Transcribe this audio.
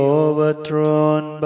overthrown